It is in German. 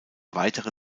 weitere